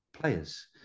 players